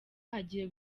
hagiye